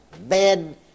Bed